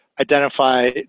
identify